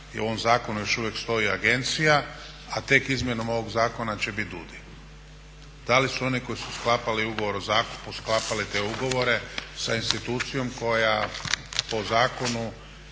da u ovom zakonu još uvijek stoji agencija, a tek izmjenom ovog zakona će biti DUDI. Da li su oni koji su sklapali ugovor o zakupu sklapali te ugovore sa institucijom koja po Zakonu